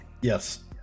Yes